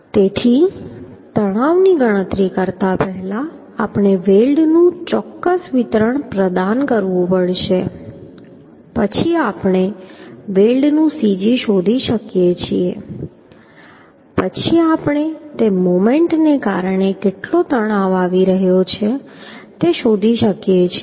તેથી તણાવની ગણતરી કરતા પહેલા આપણે વેલ્ડનું ચોક્કસ વિતરણ પ્રદાન કરવું પડશે પછી આપણે વેલ્ડનું cg શોધી શકીએ છીએ પછી આપણે તે મોમેન્ટને કારણે કેટલો તણાવ આવી રહ્યો છે તે શોધી શકીએ છીએ